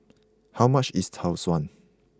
how much is Tau Suan